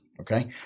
Okay